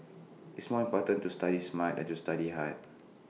it's more important to study smart than to study hard